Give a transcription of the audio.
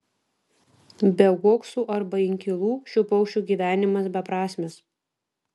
be uoksų arba inkilų šių paukščių gyvenimas beprasmis